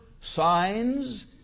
signs